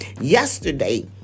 yesterday